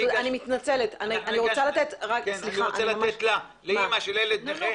אני מבקש לתת את רשות הדיבור לאימא של ילד נכה.